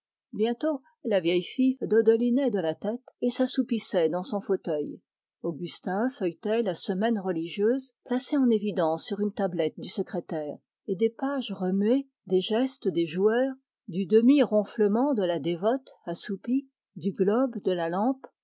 bientôt la vieille fille dodelinait de la tête et s'assoupissait dans son fauteuil augustin feuilletait la semaine religieuse toujours placée sur une tablette du secrétaire et des pages remuées des gestes des joueurs du demi ronflement de la dévote assoupie du globe de la lampe